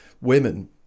women